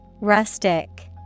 Rustic